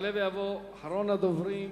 יעלה ויבוא אחרון הדוברים,